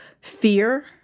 fear